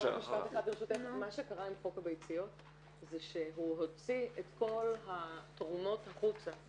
מה שקרה עם חוק הביציות זה שהוא הוציא את כל התרומות החוצה.